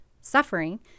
Suffering